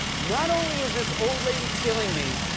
not only is this old lady killing me,